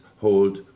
hold